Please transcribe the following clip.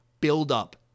build-up